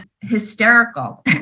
hysterical